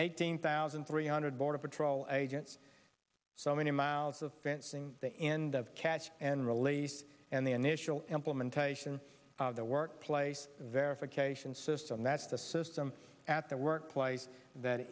eighteen thousand three hundred border patrol agents so many miles of fencing the end of catch and release and the initial implementation of the workplace verification system that's the system at the workplace that